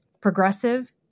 progressive